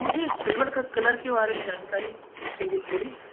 sir मुझे silver colour के बारे में जानकारी चाहिए थोड़ी